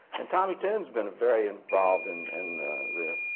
and tommy tune's been very involved and in the